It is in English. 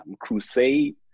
crusade